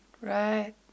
Right